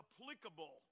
applicable